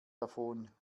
davon